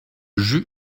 jus